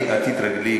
את תתרגלי,